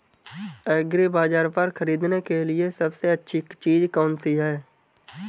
एग्रीबाज़ार पर खरीदने के लिए सबसे अच्छी चीज़ कौनसी है?